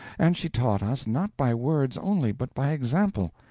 and she taught us not by words only, but by example,